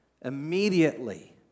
immediately